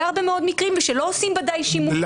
הרבה מאוד מקרים שלא עושים די שימוש וצריך לעשות.